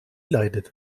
leidet